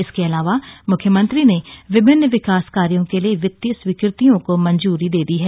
इसके अलावा मुख्यमंत्री ने विभिन्न विकास कार्यों के लिए वितीय स्वीकृतियों को मंजूरी दी है